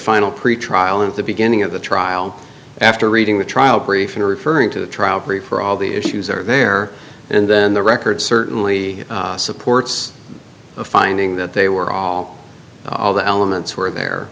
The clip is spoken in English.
final pretrial at the beginning of the trial after reading the trial brief and referring to the trial free for all the issues are there and then the record certainly supports the finding that they were all of the elements were there